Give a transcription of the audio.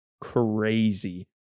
crazy